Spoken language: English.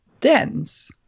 dense